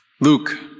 Luke